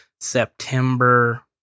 September